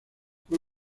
fue